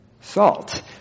salt